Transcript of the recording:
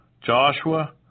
Joshua